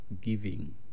giving